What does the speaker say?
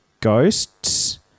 ghosts